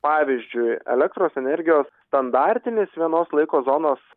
pavyzdžiui elektros energijos standartinis vienos laiko zonos